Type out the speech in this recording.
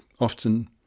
often